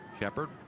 Shepard